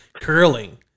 curling